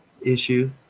issue